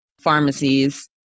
pharmacies